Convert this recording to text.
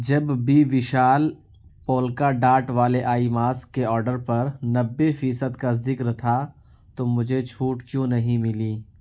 جب بی Vishal polka dot والے آئی ماسک کے آرڈر پر نبے فیصد کا ذکر تھا تو مجھے چھوٹ کیوں نہیں ملی